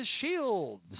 shields